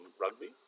rugby